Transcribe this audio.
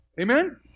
Amen